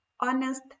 Honest